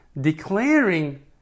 declaring